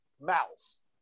Mouse